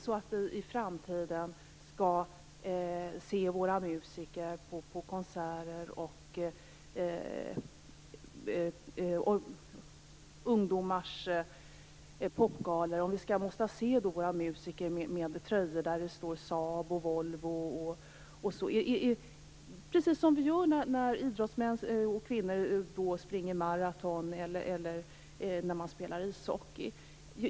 Skall vi i framtiden tvingas se våra musiker på konserter och på ungdomarnas popgalor med tröjor som det står Saab, Volvo och sådant på - precis som vi gör när idrottsmän och idrottskvinnor springer maraton eller spelar ishockey?